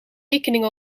rekening